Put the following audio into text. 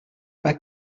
pas